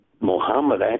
Muhammad